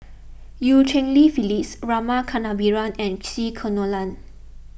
Eu Cheng Li Phyllis Rama Kannabiran and C Kunalan